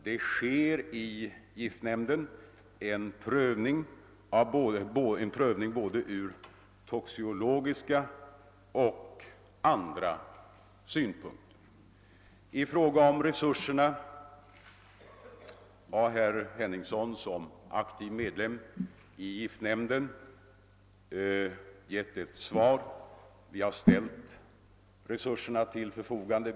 Det sker i giftnämnden en prövning ur både toxikologiska och andra synpunkter. I fråga om resurserna har herr Henningsson, som är en aktiv ledamot av giftnämnden, gett ett svar. Vi har ställt resurserna till förfogande.